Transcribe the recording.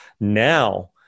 now